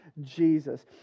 jesus